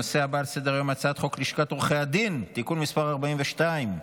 הנושא הבא על סדר-היום: הצעת חוק לשכת עורכי הדין (תיקון מס' 42)